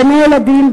גני-ילדים,